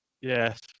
yes